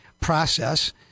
process